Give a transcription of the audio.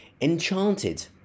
Enchanted